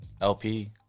LP